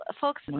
folks